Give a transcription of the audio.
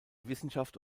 wissenschaft